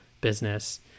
business